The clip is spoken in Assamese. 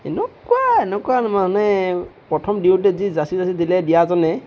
এনেকুৱা এনেকুৱা মানে প্ৰথম দিওঁতে যি যাচি যাচি দিলে দিয়াজনে